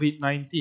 COVID-19